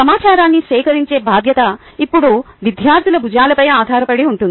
సమాచారాన్ని సేకరించే బాధ్యత ఇప్పుడు విద్యార్థుల భుజాలపై ఆధారపడి ఉంటుంది